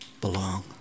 belong